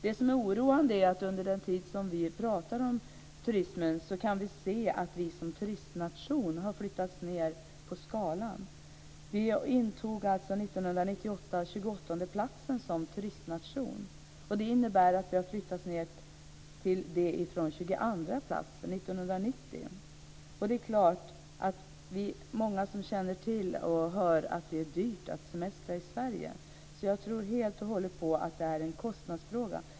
Det som är oroande är att vi under den tid som vi pratar om turismen kan se att vi som turistnation har flyttats ned på skalan. Vi intog 1998 tjugoåttondeplatsen som turistnation. Vi har flyttats ned från tjugoandraplatsen, som vi intog 1990. Det är klart att många känner till och hör att det är dyrt att semestra i Sverige. Jag tror helt och hållet att det är en kostnadsfråga.